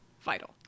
vital